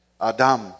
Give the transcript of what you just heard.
Adam